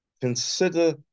consider